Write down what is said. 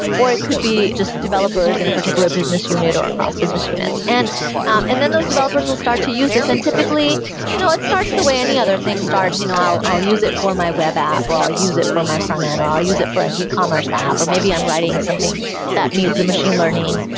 or it could be just developers in a particular business unit or across business units. and and then those developers will start to use this, and typically you know it starts the way any other thing starts. you know i'll i'll use it for my web app, or i'll use it for my frontend, or i'll use it for an e-commerce app, or maybe i'm writing something that needs a machine learning,